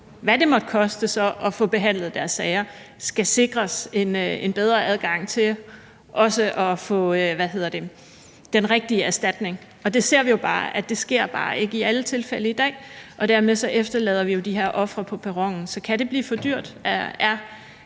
hvad det så måtte koste at få behandlet deres sager, skal sikres en bedre adgang til også at få den rigtige erstatning. Vi ser jo, at det bare ikke sker i alle tilfælde i dag, og dermed efterlader vi jo de her ofre på perronen. Så kan det blive for dyrt? Kan